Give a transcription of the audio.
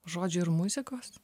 žodžių ir muzikos